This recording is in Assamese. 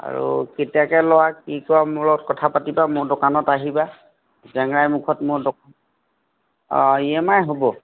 আৰু কেতিয়াকে লোৱা কি কৰা মোৰ লগত কথা পাতিবা মোৰ দোকানত আহিবা জেংৰাই মুখত মোৰ দোক অঁ ই এম আই হ'ব